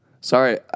Sorry